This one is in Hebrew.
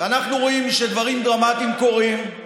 ואנחנו רואים שדברים דרמטיים קורים,